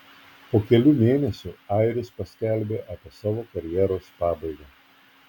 po kelių mėnesių airis paskelbė apie savo karjeros pabaigą